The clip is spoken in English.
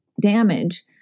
damage